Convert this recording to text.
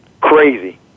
crazy